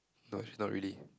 no she's not ready